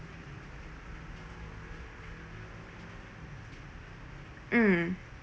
mm